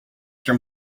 from